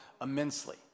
immensely